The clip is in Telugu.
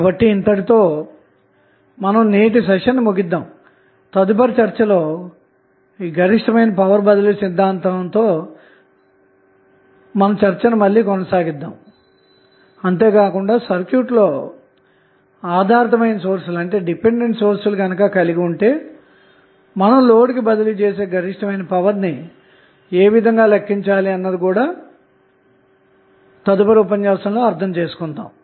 కాబట్టి ఇంతటితో నేటి సెషన్ను ముగిద్దాము తదుపరి చర్చలో గరిష్ఠమైన పవర్ బదిలీ సిద్ధాంతంపై మన చర్చను కొనసాగిద్దాము అంతేకాకుండా సర్క్యూట్ లో ఆధారితమైన సోర్స్ లు కలిగి ఉంటె లోడ్ కి బదిలీ చేసే గరిష్టమైన పవర్ ని ఎలా లెక్కించాలి అన్న విషయం కూడా తెలుసుకొందాము